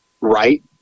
right